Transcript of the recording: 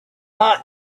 not